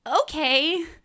okay